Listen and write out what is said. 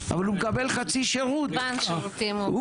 אבל הוא מקבל חצי שירות.